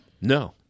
No